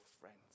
friends